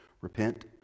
Repent